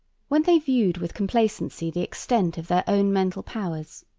when they viewed with complacency the extent of their own mental powers,